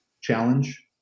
challenge